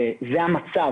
זה המצב.